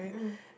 mm